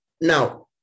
Now